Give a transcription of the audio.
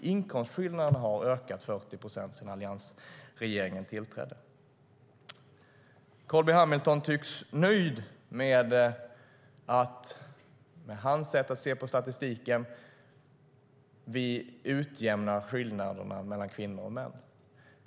Inkomstskillnaderna har ökat 40 procent sedan alliansregeringen tillträdde. Carl B Hamilton tycks vara nöjd med att vi med hans sätt att se på statistiken utjämnar skillnaderna mellan kvinnor och män.